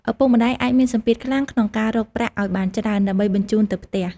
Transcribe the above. ឪពុកម្ដាយអាចមានសម្ពាធខ្លាំងក្នុងការរកប្រាក់ឱ្យបានច្រើន ដើម្បីបញ្ជូនទៅផ្ទះ។